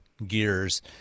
gears